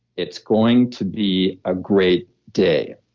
it's going to be a great day.